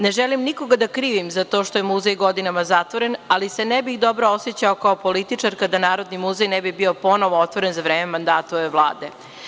Ne želim nikoga da krivim za to što je muzej godinama zatvoren, ali se ne bi dobro osećao kao političar kada Narodni muzej ne bi bio ponovo otvoren za vreme mandata ove Vlade“